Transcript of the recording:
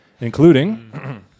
including